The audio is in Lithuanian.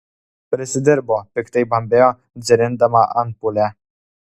prisidirbo piktai bambėjo dzirindama ampulę